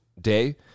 day